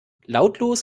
lautlos